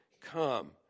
come